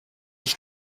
ich